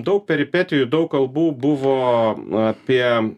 daug peripetijų daug kalbų buvo apie